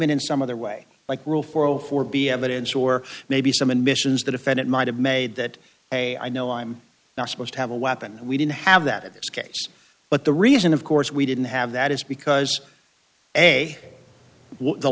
in in some other way like rule for all for be evidence or maybe some admissions the defendant might have made that a i know i'm not supposed to have a weapon and we don't have that in this case but the reason of course we didn't have that is because a the